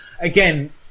again